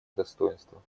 достоинства